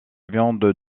viande